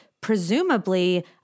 presumably